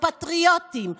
הפטריוטים.